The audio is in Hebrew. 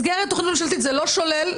זה לא שולל,